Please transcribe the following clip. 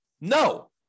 No